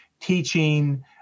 teaching